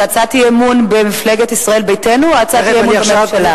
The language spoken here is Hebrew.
זו הצעת אי-אמון במפלגת ישראל ביתנו או הצעת אי-אמון בממשלה?